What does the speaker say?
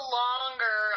longer